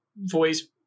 Voice